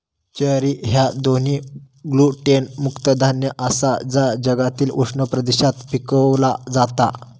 ज्वारी ह्या दोन्ही ग्लुटेन मुक्त धान्य आसा जा जगातील उष्ण प्रदेशात पिकवला जाता